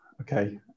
okay